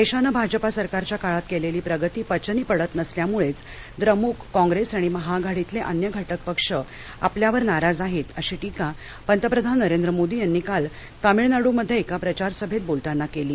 देशानं भाजपा सरकारच्या काळात केलेली प्रगती पचनी पडत नसल्यामुळेच द्रमुक काँग्रेस आणि महाआघाडीतले अन्य घटक पक्ष आपल्यावर नाराज आहेत अशी टीका पंतप्रधान नरेंद्र मोदी यांनी काल तामिळनाडूमध्ये एका प्रचारसभेत बोलताना केली